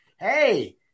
hey